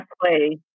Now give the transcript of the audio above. play